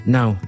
Now